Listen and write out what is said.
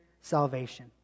salvation